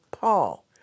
Paul